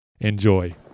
Enjoy